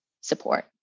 support